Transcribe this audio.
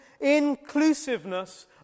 inclusiveness